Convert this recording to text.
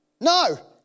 No